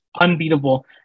unbeatable